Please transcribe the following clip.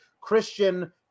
Christian